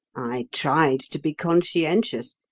i tried to be conscientious.